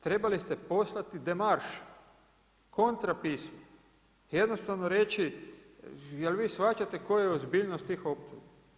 Trebali ste poslati demarš, kontrapis, jednostavno reći jel' vi shvaćate koja je ozbiljnost tih optužbi.